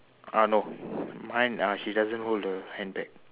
ah no mine she doesn't hold the handbag